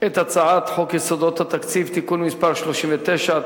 את הצעת חוק יסודות התקציב (תיקון מס' 39),